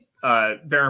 Baron